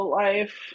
life